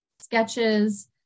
sketches